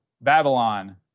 Babylon